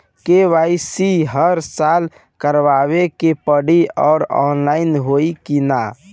KYC हर साल करवावे के पड़ी और ऑनलाइन होई की ना?